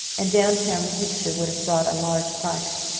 and down town the picture would have brought a large price.